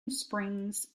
springs